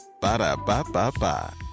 Ba-da-ba-ba-ba